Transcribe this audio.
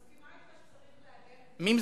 אני מסכימה אתך שצריך להגן,